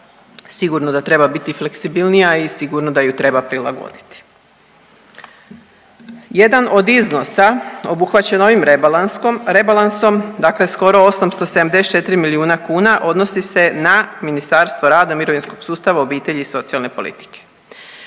sigurno da treba biti fleksibilnija i sigurno da ju treba prilagoditi. Jedan od iznosa obuhvaćen ovim rebalansom, dakle skoro 874 milijuna kuna odnosi se na Ministarstvo rada i mirovinskog sustava, obitelji i socijalne politike.